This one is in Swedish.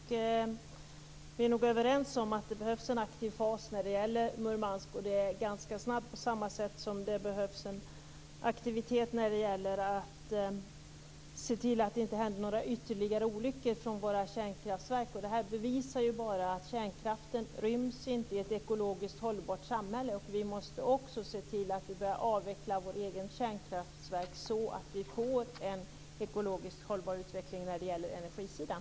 Fru talman! Vi är nog överens om att det behövs en aktiv fas när det gäller Murmansk, och det ganska snabbt, på samma sätt som det behövs aktivitet när det gäller att se till att det inte händer några ytterligare olyckor på våra kärnkraftverk. Det här bevisar bara att kärnkraften inte ryms i ett ekologiskt hållbart samhälle. Vi måste också se till att börja avveckla våra egna kärnkraftverk så att vi får en ekologiskt hållbar utveckling på energisidan.